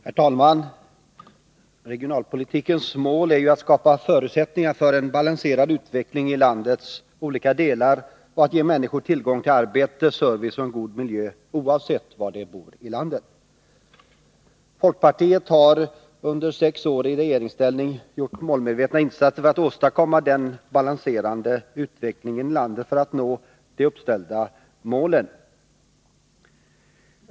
Herr talman! Regionalpolitikens mål är att skapa förutsättningar för en balanserad utveckling i landets olika delar och att ge människor tillgång till arbete, service och god miljö oavsett var de bor i landet. Folkpartiet har under sex år i regeringsställning gjort målmedvetna insatser för att åstadkomma en balanserad utveckling i landet för att nå de uppställda målen.